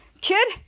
kid